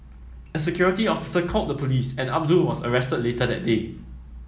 a security officer called the police and Abdul was arrested later that day